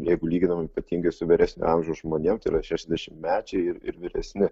jeigu lyginam ypatingai su vyresnio amžiaus žmonėm tai yra šešiasdešimtmečiai ir ir vyresni